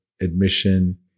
Admission